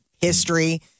history